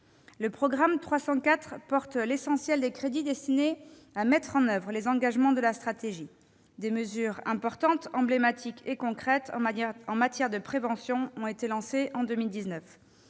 Le programme 304 porte l'essentiel des crédits destinés à mettre en oeuvre les engagements de cette stratégie. Des mesures importantes, emblématiques et concrètes en matière de prévention ont été lancées en 2019